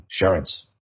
insurance